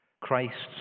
Christ's